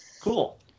Cool